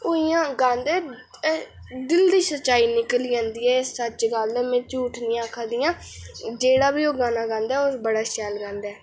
ओह् इंया गांदे दिल दी सच्चाई निकली जंदी ऐ एह् सच्च गल्ल ऐ में झूठ निं आक्खा दी आं जेह्ड़ा बी ओह् गाना गांदा ऐ ओह् बड़ा शैल गाना गांदा ऐ